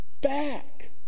back